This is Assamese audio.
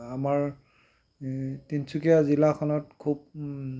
আমাৰ তিনিচুকীয়া জিলাখনত খুব